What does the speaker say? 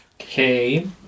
Okay